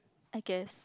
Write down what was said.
I guess